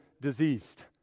diseased